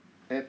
and